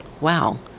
wow